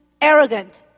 arrogant